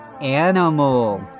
animal